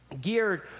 geared